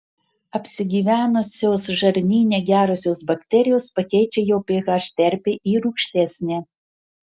apsigyvenusios žarnyne gerosios bakterijos pakeičia jo ph terpę į rūgštesnę